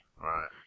right